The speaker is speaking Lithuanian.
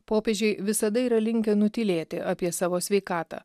popiežiai visada yra linkę nutylėti apie savo sveikatą